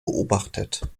beobachtet